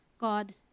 God